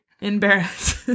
embarrassed